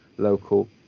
local